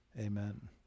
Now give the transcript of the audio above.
amen